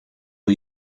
are